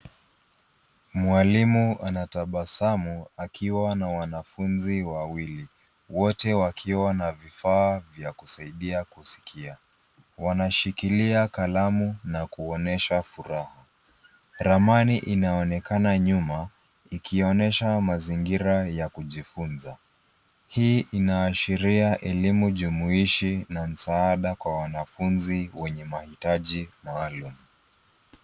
Mwalimu anatabasamu akiwa na wanafunzi wawili, wote wakiwa na vifaa vya kusaidia kusikia. Wanashikilia kalamu na kuonyesha furaha. Ramani inaonekana nyuma, ikionyesha mazingira ya kujifunza. Hii inaashiria elimu jumuishi na msaada kwa wanafunzi wenye mahitaji maalum.